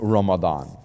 Ramadan